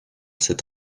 cette